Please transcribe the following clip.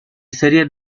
series